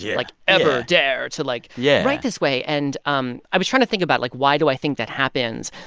yeah like ever dare to like yeah write this way? yeah and um i was trying to think about, like why do i think that happens?